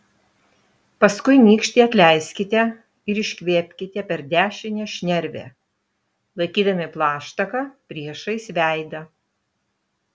paskui nykštį atleiskite ir iškvėpkite per dešinę šnervę laikydami plaštaką priešais veidą